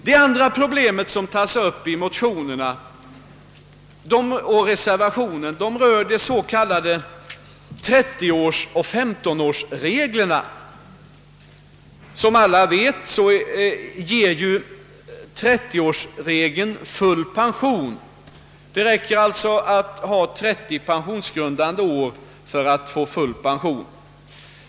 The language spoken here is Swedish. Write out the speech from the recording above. Det andra problemet som tas upp i motionerna och reservationen rör de s.k. 30-årsoch 15-årsreglerna. Som alla vet räcker det att ha 30 pensionsgrundande år för att få full pension.